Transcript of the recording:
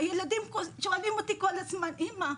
והבנות שואלות אותי אם הן